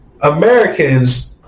Americans